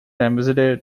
ambassador